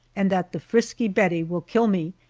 and that the frisky bettie will kill me,